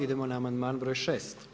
Idemo na amandman broj 6.